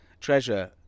treasure